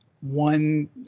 one